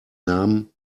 namen